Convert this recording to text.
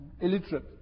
Illiterate